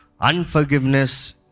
Unforgiveness